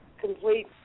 complete